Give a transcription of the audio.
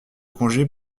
congé